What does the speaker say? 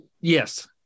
Yes